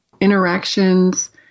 interactions